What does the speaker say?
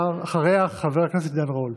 ואחריה, חבר הכנסת עידן רול.